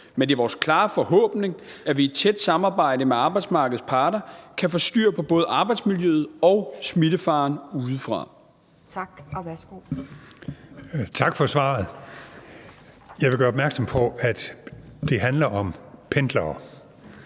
Men det er vores klare forhåbning, at vi i tæt samarbejde med arbejdsmarkedets parter kan få styr på både arbejdsmiljøet og smittefaren udefra.